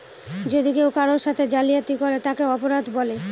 যদি কেউ কারোর সাথে জালিয়াতি করে তাকে অপরাধ বলে